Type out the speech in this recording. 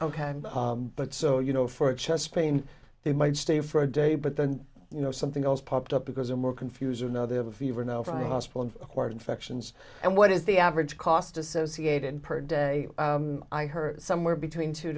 ok but so you know for a chest pain they might stay for a day but then you know something else popped up because i'm more confuse another have a fever now from hospital and acquired infections and what is the average cost associated per day i heard somewhere between two